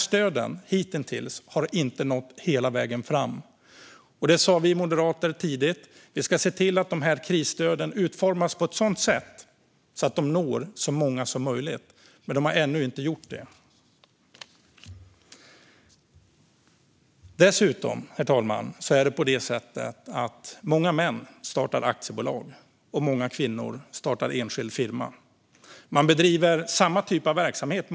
Stöden har hittills inte nått hela vägen fram. Vi moderater sa tidigt att man måste se till att krisstöden utformas på ett sådant sätt att de når så många som möjligt, men det har ännu inte gjorts. Dessutom, herr talman, är det på det sättet att många män startar aktiebolag och många kvinnor startar enskild firma. Man bedriver många gånger samma typ av verksamhet.